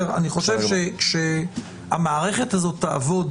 אני חושב שהמערכת הזו תעבוד,